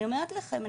אני אומרת לכם,